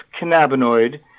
cannabinoid